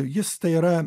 jis tai yra